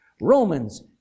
Romans